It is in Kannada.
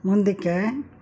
ಮುಂದಕ್ಕೆ